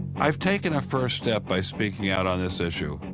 i've taken a first step by speaking out on this issue.